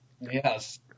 Yes